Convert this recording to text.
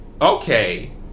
okay